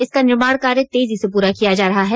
इसका निर्माण कार्य तेजी से पूरा किया जा रहा है